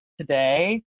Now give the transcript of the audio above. today